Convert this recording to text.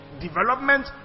Development